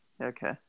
Okay